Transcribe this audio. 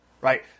Right